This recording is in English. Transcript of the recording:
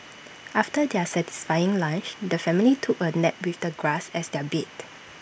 after their satisfying lunch the family took A nap with the grass as their bed